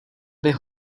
bych